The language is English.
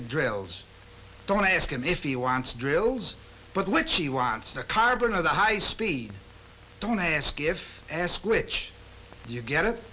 at drills don't ask him if he wants drills but which he wants the carbon of the high speed don't ask if and ask which you get it